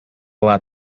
lot